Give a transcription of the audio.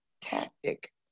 tactic